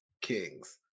Kings